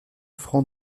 francs